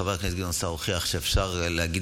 חבר הכנסת גדעון סער הוכיח שאפשר להגיד